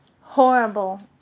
horrible